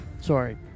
Sorry